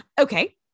okay